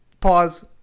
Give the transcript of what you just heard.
Pause